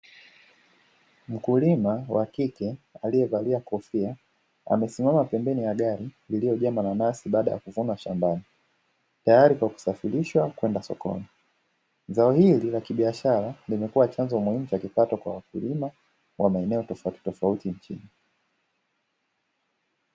Mkulima wa kike alievalia kofia amesimama pembeni ya gari lililojaa mananasi baada ya kuvuna shambani, tayari kwa kusafirisha kwenda sokoni. Zao hili la kibiashara limekuwa chanzo muhimu cha kipato kwa wakulima wa maeneo tofauti tofauti nchini.